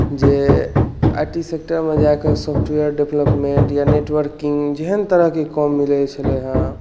जे I T सेक्टरमे जाकऽ सॉफ्टवेयर डेवलपमेन्ट या नेटवर्किंग जेहन तरहके काम मिलै छलै हँ